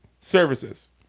services